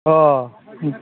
अह उम